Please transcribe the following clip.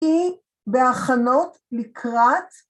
‫היא בהכנות לקראת.